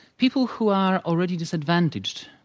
people who are already disadvantaged,